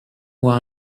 who